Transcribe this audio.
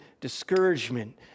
discouragement